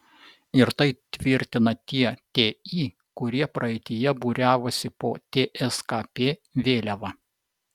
ir tai tvirtina tie ti kurie praeityje būriavosi po tskp vėliava